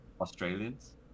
Australians